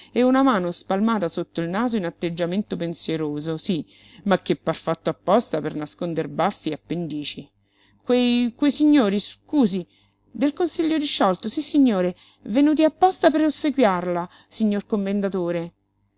e una mano spalmata sotto il naso in atteggiamento pensieroso sí ma che par fatto apposta per nasconder baffi e appendici quei quei signori scusi del consiglio disciolto sissignore venuti apposta per ossequiarla signor commendatore